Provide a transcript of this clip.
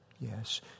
Yes